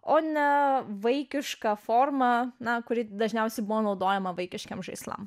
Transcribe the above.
o ne vaikišką formą na kuri dažniausiai buvo naudojama vaikiškiems žaislams